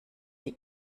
die